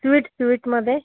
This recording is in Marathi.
स्वीट स्वीटमध्ये